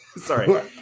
Sorry